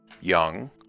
young